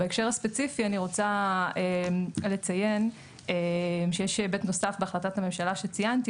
בהקשר הספציפי אני רוצה לציין שיש היבט נוסף בהחלטת הממשלה שציינתי.